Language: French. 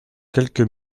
quelques